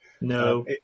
No